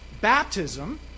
Baptism